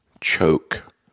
choke